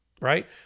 right